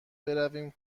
برویم